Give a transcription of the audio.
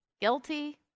guilty